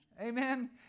Amen